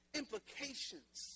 implications